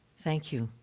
thank you.